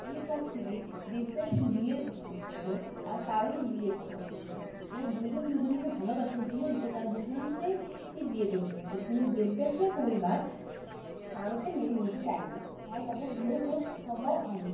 এরপর থেকে দেবদাসের বিয়ের কথা হচ্ছিলো আর পারোরও বিয়ের কথা হচ্ছিলো এরা দুজন দুজনকে ভালোবাসে যেহেতু তার দুজনে এই বিয়ে করতে হয়েছে কিন্তু দেবদাসের পরিবার পারোকে মেনে নিতে চায় নি তাই তাদের বিয়ে হয়ে সম্ভবও হয় নি